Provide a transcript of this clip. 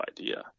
idea